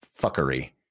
fuckery